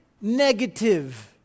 negative